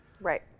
right